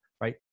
right